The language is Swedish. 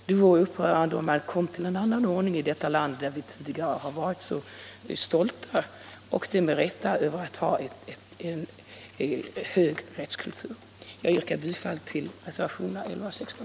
Det vore upprörande om man kom till en annan ordning i detta land där vi med rätta varit så stolta över att vi har en hög rättskultur. Jag yrkar bifall till reservationerna 11 och 16.